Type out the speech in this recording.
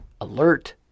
alert